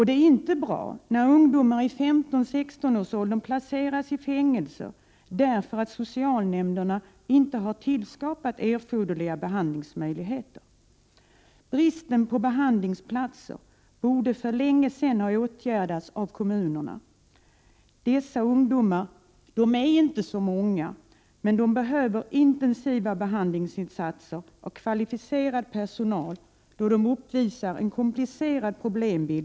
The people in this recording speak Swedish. Det är inte bra att ungdomar i 15—-16-årsåldern placeras i fängelse bara därför att socialnämnderna inte har tillskapat erforderliga behandlingsmöjligheter. Bristen på behandlingsplatser borde för länge sedan ha åtgärdats av kommunerna. Dessa ungdomar är inte många. Men de behöver ändå intensiva behandlingsinsatser av kvalificerad personal, eftersom de uppvisar en komplicerad problembild.